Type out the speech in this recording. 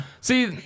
See